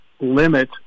limit